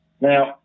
Now